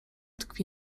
tkwi